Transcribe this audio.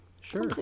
sure